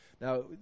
Now